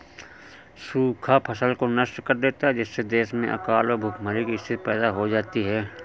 सूखा फसल को नष्ट कर देता है जिससे देश में अकाल व भूखमरी की स्थिति पैदा हो जाती है